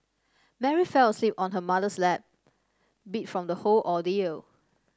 Mary fell asleep on her mother's lap beat from the whole ordeal